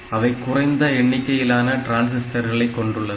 அவை குறைந்த எண்ணிக்கையிலான டிரான்சிஸ்டர்களை கொண்டுள்ளது